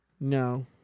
no